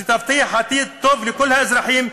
שתבטיח עתיד טוב לכל האזרחים,